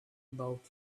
about